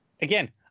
Again